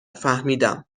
فهمیدم